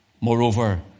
Moreover